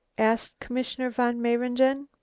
asked commissioner von mayringen.